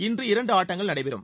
இன்று இரண்டு ஆட்டங்கள் நடைபெறும்